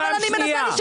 אבל אני מנסה לשאול